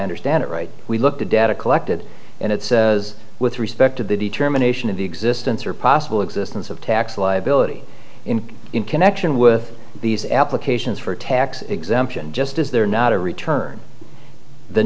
understand it right we looked at data collected and it says with respect to the determination of the existence or possible existence of tax liability in connection with these applications for tax exemption just is there not a return the